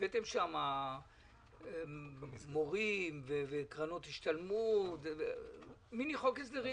הבאתם שם מורים וקרנות השתלמות זה מיני חוק הסדרים.